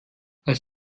als